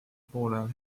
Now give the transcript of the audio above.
poolajal